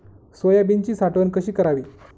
सोयाबीनची साठवण कशी करावी?